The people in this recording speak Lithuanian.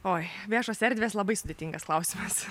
oi viešos erdvės labai sudėtingas klausimas